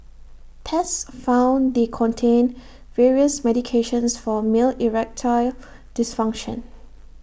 tests found they contained various medications for male erectile dysfunction